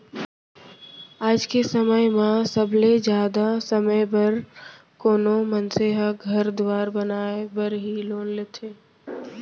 आज के समय म सबले जादा समे बर कोनो मनसे ह घर दुवार बनाय बर ही लोन लेथें